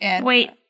Wait